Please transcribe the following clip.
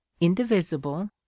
indivisible